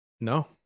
No